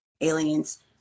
aliens